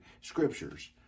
scriptures